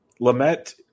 Lamette